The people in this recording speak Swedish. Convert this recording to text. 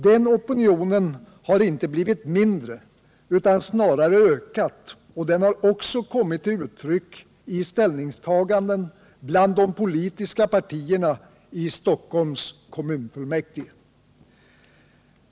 Den opinionen har inte blivit mindre utan snarare ökat, och den har också kommit till uttryck i ställningstaganden bland de politiska partierna i Stockholms kommunfullmäktige.